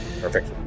Perfect